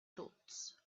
dots